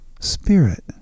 Spirit